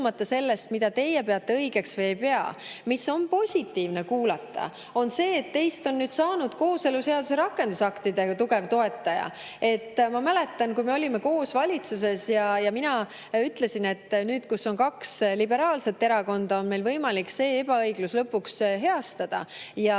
sellest, mida teie õigeks peate või ei pea. Positiivne on kuulda seda, et teist on nüüd saanud kooseluseaduse rakendusaktide tugev toetaja. Ma mäletan, kui me olime koos valitsuses ja mina ütlesin, et nüüd, kui [valitsuses] on kaks liberaalset erakonda, on meil võimalik see ebaõiglus lõpuks heastada ja